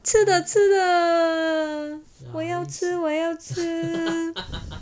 吃的吃的我要吃我要吃: chi de chi de wo yao chi wo yao chi